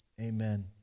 amen